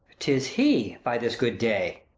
tis he, by this good day.